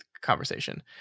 conversation